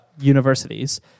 universities